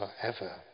forever